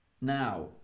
Now